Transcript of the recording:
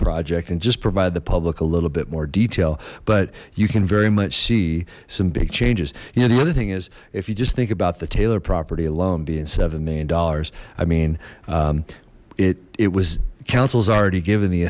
project and just provide the public a little bit more detail but you can very much see some big changes you know the other thing is if you just think about the taylor property alone being seven million dollars i mean it it was councils already given the